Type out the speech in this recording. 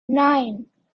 nine